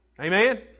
Amen